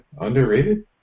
underrated